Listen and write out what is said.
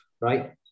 right